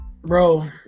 Bro